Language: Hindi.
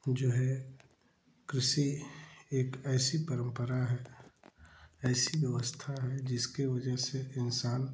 जो है कृषि एक ऐसी परंपरा है ऐसी व्यवस्था है जिसकी वजह से इंसान